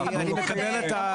אנחנו מקבלים את זה.